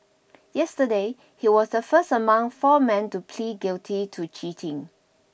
yesterday he was the first among four men to plead guilty to cheating